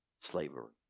slavery